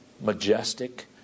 majestic